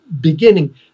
beginning